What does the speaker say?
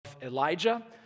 Elijah